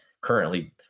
currently